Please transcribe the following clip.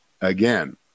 again